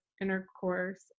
intercourse